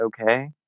okay